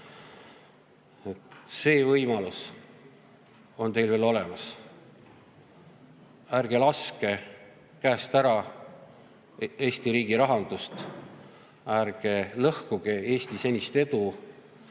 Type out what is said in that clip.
See võimalus on teil veel olemas. Ärge laske käest ära Eesti riigi rahandust! Ärge lõhkuge Eesti senist edu!